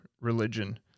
religion